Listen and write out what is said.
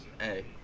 hey